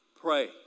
Pray